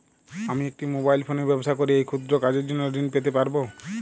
আমি একটি মোবাইল ফোনে ব্যবসা করি এই ক্ষুদ্র কাজের জন্য ঋণ পেতে পারব?